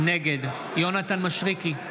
נגד יונתן מישרקי,